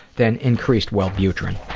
then increased wellbutrin.